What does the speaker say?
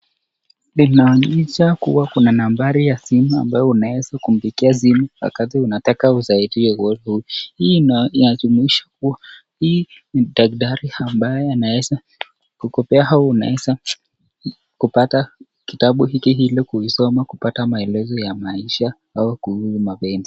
inaonyesha kuwa kuna nambari ya simu ambayo unaweza kumpigia simu wakati unataka usaidizi wowote. Hii inathihirisha kuwa hii ni daktari ambaye anaweza kukupa au unaweza kupata kitabu hiki ili kuisoma kupata maelezo ya maisha au kuhusu mapenzi.